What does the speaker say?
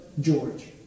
George